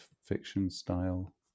fiction-style